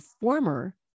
former